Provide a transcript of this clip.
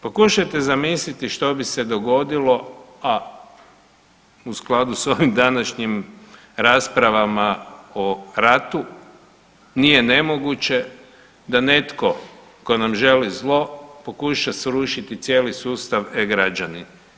Pokušajte zamisliti što bi se dogodilo, a u skladu sa ovim današnjim raspravama o ratu nije nemoguće da netko tko nam želi zlo pokuša srušiti cijeli sustav e-građani.